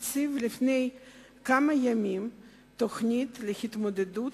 הציג לפני כמה ימים תוכנית להתמודדות